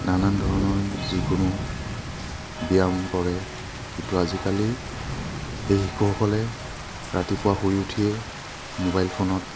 নানান ধৰণৰ যিকোনো ব্যায়াম কৰে কিন্তু আজিকালি এই শিশুসকলে ৰাতিপুৱা শুই উঠিয়ে মোবাইল ফোনত